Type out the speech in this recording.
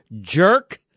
jerk